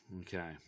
Okay